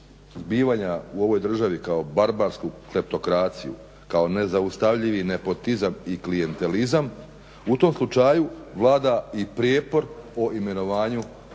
zbivanja u ovoj državi kao barbarsku kleptokraciju, kao nezaustavljivi nepotizam i klijentelizam u tom slučaju vlada i prijepor o imenu